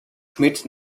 schmidt